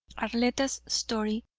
arletta's story,